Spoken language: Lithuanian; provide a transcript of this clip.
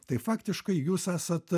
tai faktiškai jūs esat